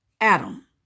Adam